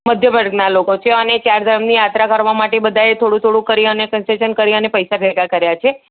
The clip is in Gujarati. મધ્યમ વર્ગના લોકો છે અને ચાર ધામની યાત્રા કરવા માટે લોકો એ થોડું થોડું કરીને કન્સેશન કરીને પૈસા ભેગા કર્યાં છે